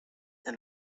and